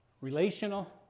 relational